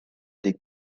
des